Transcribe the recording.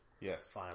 Yes